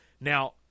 Now